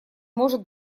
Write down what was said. может